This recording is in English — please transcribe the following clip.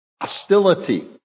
hostility